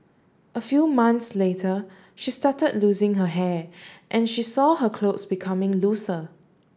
a few months later she started losing her hair and she saw her clothes becoming looser